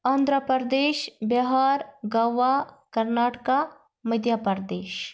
Andhra Pradesh Bihar Goa Karnataka Madhya Pradesh